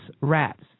rats